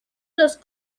los